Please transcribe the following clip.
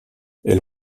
elle